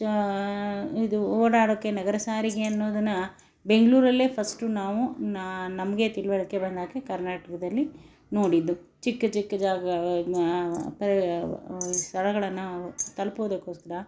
ಇದು ಓಡಾಡಕ್ಕೆ ನಗರ ಸಾರಿಗೆಯನ್ನೋದನ್ನು ಬೆಂಗಳೂರಲ್ಲೇ ಫಸ್ಟ್ ನಾವು ನಾನು ನಮಗೆ ತಿಳ್ವಳ್ಕೆ ಬಂದಾಗೆ ಕರ್ನಾಟಕದಲ್ಲಿ ನೋಡಿದ್ದು ಚಿಕ್ಕ ಚಿಕ್ಕ ಜಾಗ ಸ್ಥಳಗಳನ್ನು ತಲ್ಪೋದಕ್ಕೋಸ್ಕರ